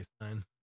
Nine